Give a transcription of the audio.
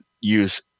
use